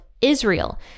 Israel